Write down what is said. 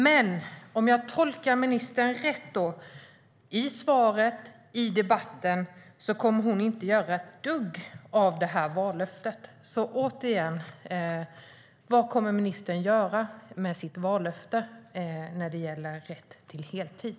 Men om jag tolkar ministern rätt i svaret och i debatten kommer hon inte att göra ett dugg av det här vallöftet. Återigen: Vad kommer ministern att göra med sitt vallöfte när det gäller rätt till heltid?